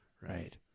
Right